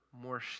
more